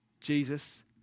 Jesus